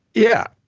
yeah.